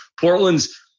Portland's